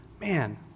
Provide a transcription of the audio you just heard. man